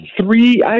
three